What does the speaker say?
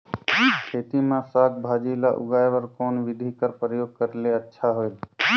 खेती मे साक भाजी ल उगाय बर कोन बिधी कर प्रयोग करले अच्छा होयल?